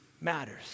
matters